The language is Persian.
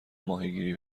ماهیگیری